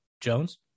Jones